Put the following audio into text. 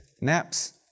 naps